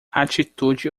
atitude